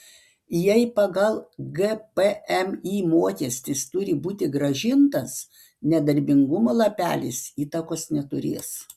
jei pagal gpmį mokestis turi būti grąžintas nedarbingumo lapelis įtakos neturės